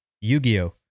Yu-Gi-Oh